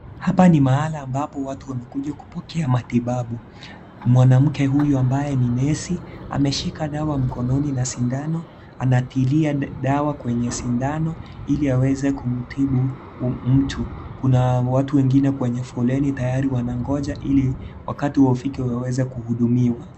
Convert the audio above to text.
Hapa ni mahala ambapo watu wamekuja kupokea matibabu. Mwanamke huyu ambaye ni nesi, ameishika dawa mkononi na sindano, anatilia dawa kwenye sindano ili aweze kumtibu mtu. Kuna watu wengine kwenye foleni tayari wanangoja ili wakati wao ufike waweze kuhudumiwa.